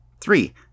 Three